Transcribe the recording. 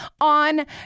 on